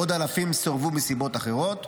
עוד אלפים סורבו מסיבות אחרות,